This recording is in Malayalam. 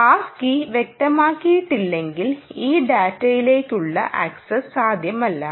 പാസ് കീ വ്യക്തമാക്കിയിട്ടില്ലെങ്കിൽ ഈ ഡാറ്റയിലേക്കുള്ള ആക്സസ് സാധ്യമല്ല